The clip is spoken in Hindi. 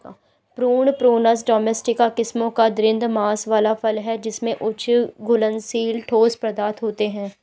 प्रून, प्रूनस डोमेस्टिका किस्मों का दृढ़ मांस वाला फल है जिसमें उच्च घुलनशील ठोस पदार्थ होते हैं